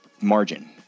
margin